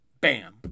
bam